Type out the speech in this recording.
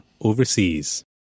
overseas